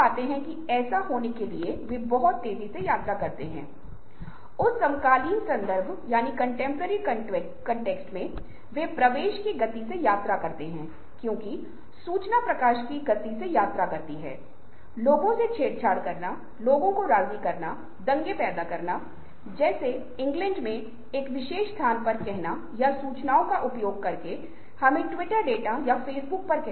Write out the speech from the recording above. हमने मन को स्थिर करने के लिए व्यायाम के साथ साथ कुछ आत्म अनुनय या स्वयं की तरह आत्मनिर्भरता प्रदान की है आत्म वार्ता और अन्य साधनों के माध्यम से जिनके द्वारा आप आध्यात्मिक गतिविधियों में भाग ले सकते हैं